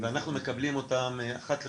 ואנחנו מקבלים אותם אחת לחודשיים,